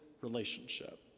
relationship